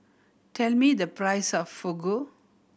tell me the price of Fugu